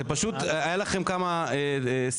זה פשוט היה לכם כמה סיבות,